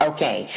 Okay